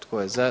Tko je za?